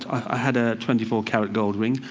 i had a twenty four karat gold ring.